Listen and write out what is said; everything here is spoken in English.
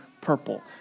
purple